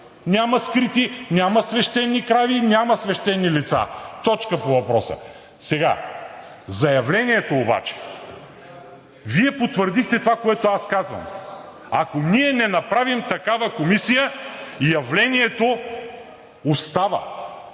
няма скрити, няма свещени крави, няма свещени лица. Точка по въпроса. За явлението обаче Вие потвърдихте това, което аз казвам: ако ние не направим такава комисия, явлението остава